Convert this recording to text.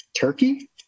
Turkey